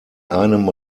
einem